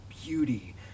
beauty